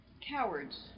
Cowards